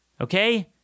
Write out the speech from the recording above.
Okay